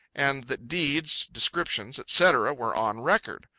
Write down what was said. and that deeds, descriptions, etc, were on record.